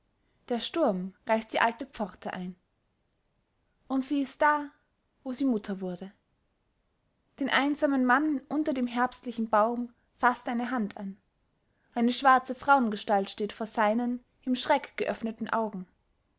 der sturm reißt die alte pforte ein und sie ist da wo sie mutter wurde den einsamen mann unter dem herbstlichen baum faßt eine hand an eine schwarze frauengestalt steht vor seinen im schreck geöffneten augen